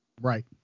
Right